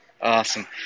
Awesome